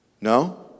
No